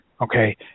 Okay